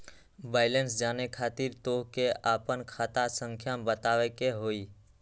Balance जाने खातिर तोह के आपन खाता संख्या बतावे के होइ?